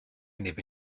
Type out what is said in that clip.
never